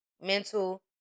mental